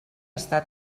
està